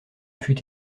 fut